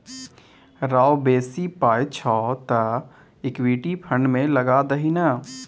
रौ बेसी पाय छौ तँ इक्विटी फंड मे लगा दही ने